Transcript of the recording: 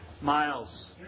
Miles